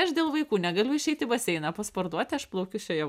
aš dėl vaikų negaliu išeiti į baseiną pasportuoti aš plaukiu šioje